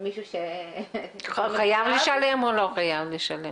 במישהו --- חייב לשלם או לא לחייב לשלם.